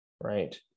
right